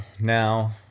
now